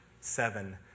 seven